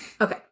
Okay